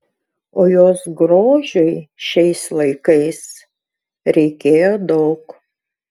o jos grožiui šiais laikais reikėjo daug